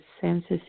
senses